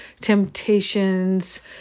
temptations